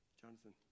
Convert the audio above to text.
Jonathan